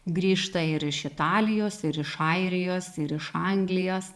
grįžta ir iš italijos ir iš airijos ir iš anglijos